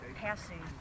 passing